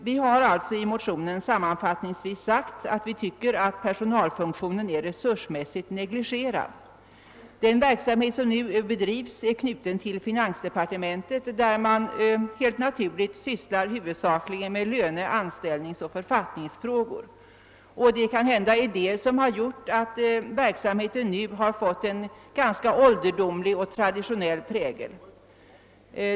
Vi.har i motionen sammanfattningsvis sagt att vi tycker att personalfunktionen är resursmässigt negligerad. Den. verksamhet .som nu bedrivs är knuten till finansdepartementet, där man helt naturligt sysslar huvudsakligen med löne-, anställnings-. och författningsfrågor. Det är kanhända detta som har gjort att verksamheten har fått en ganska ålderdomlig och traditionell prägel.